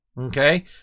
Okay